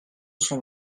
cent